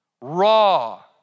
raw